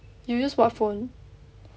you use what phone